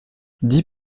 dis